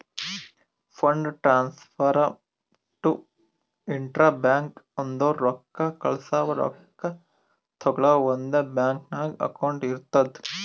fund transfer to intra bank ಅಂದುರ್ ರೊಕ್ಕಾ ಕಳ್ಸವಾ ರೊಕ್ಕಾ ತಗೊಳವ್ ಒಂದೇ ಬ್ಯಾಂಕ್ ನಾಗ್ ಅಕೌಂಟ್ ಇರ್ತುದ್